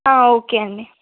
okay అండి